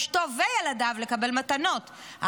אשתו וילדיו לקבל מתנות,